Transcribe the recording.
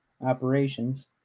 operations